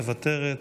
מוותרת.